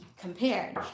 compared